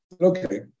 Okay